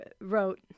wrote